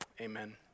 amen